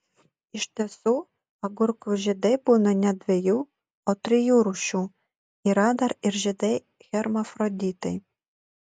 iš tiesų agurkų žiedai būna ne dviejų o trijų rūšių yra dar ir žiedai hermafroditai